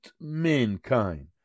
mankind